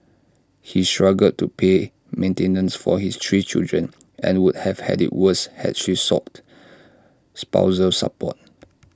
he struggled to pay maintenance for his three children and would have had IT worse had she sought spousal support